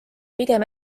pigem